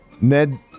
Ned